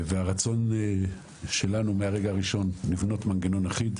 והרצון שלנו מהרגע הראשון לבנות מנגנון אחיד,